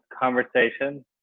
conversation